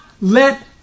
let